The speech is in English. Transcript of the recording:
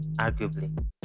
arguably